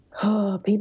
People